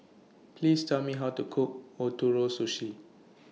Please Tell Me How to Cook Ootoro Sushi